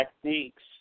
techniques